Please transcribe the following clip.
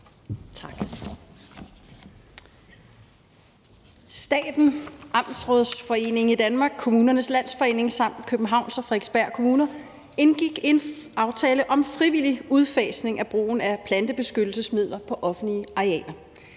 Tak. Staten, Amtsrådsforeningen i Danmark, Kommunernes Landsforening samt Københavns og Frederiksberg Kommuner indgik en aftale om frivillig udfasning af brugen af plantebeskyttelsesmidler på offentlige arealer.